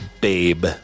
Babe